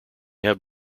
have